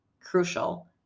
crucial